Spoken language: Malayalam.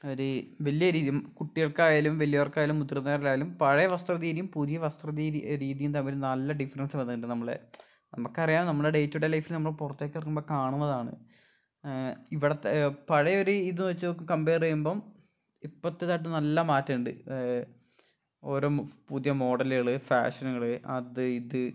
ഒരു വലിയ രീതി കുട്ടികൾക്കായാലും വലിയവർക്കായാലും മുതിർന്നവരിലായാലും പഴയ വസ്ത്രരീതിയും പുതിയ വസ്ത്രരീതി രീതിയും തമ്മിൽ നല്ല ഡിഫറൻസ് വന്നിട്ടിണ്ട് നമ്മളെ നമുക്കറിയാം നമ്മളെ ഡേ ടു ഡേ ലൈഫിൽ നമ്മൾ പുറത്തേക്കിറങ്ങുമ്പോൾ കാണുന്നതാണ് ഇവിടുത്തെ പഴയ ഒരു ഇത് വെച്ച് കംമ്പെയർ ചെയ്യുമ്പം ഇപ്പത്തേതായിട്ട് നല്ല മാറ്റം ഉണ്ട് ഓരോ പുതിയ മോഡലുകൾ ഫാഷനുകൾ അത് ഇത്